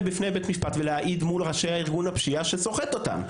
בפני בית משפט ולהעיד מול ראשי ארגון הפשיעה שסוחט אותם.